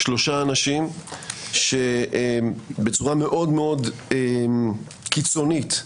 שלושה אנשים שבצורה קיצונית מאוד,